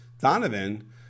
Donovan